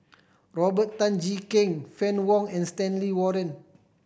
Robert Tan Jee Keng Fann Wong and Stanley Warren